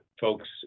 folks